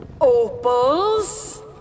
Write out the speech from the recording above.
opals